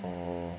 orh